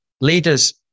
leaders